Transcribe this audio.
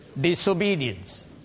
disobedience